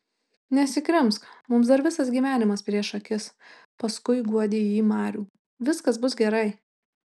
nesikrimsk mums dar visas gyvenimas prieš akis paskui guodė ji marių viskas bus gerai